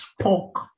spoke